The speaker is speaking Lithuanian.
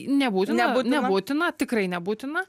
nebūtina nebūtina tikrai nebūtina